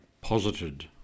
posited